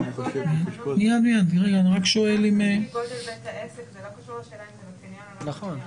זה לא קשור לשאלה אם זה בקניון או לא בקניון.